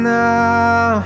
now